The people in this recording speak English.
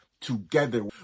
together